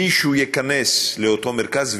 מרכזים שכשמישהו שייכנס לאותו מרכז הוא